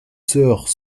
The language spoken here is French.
sœurs